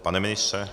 Pane ministře?